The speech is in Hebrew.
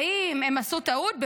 האם הם עשו טעות?